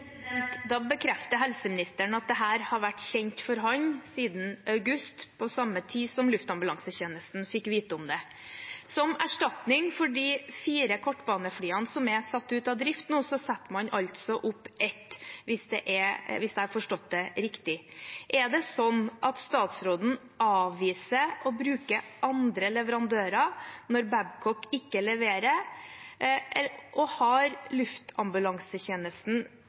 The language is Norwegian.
sidevind. Da bekrefter helseministeren at dette har vært kjent for ham siden august – på samme tid som Luftambulansetjenesten fikk vite om det. Som erstatning for de fire kortbaneflyene som er satt ut av drift nå, setter man altså opp ett – hvis jeg har forstått det riktig. Er det slik at statsråden avviser å bruke andre leverandører når Babcock ikke leverer, og har Luftambulansetjenesten